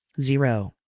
Zero